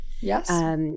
Yes